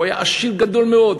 והוא היה עשיר גדול מאוד,